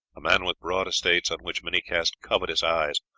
a man with broad estates, on which many cast covetous eyes,